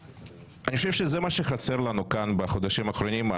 אני חושב שזה מה שחסר לנו כאן בחודשים האחרונים,